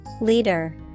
Leader